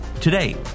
Today